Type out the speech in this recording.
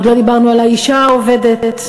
ועוד לא דיברנו על האישה העובדת,